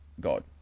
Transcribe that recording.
God